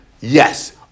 Yes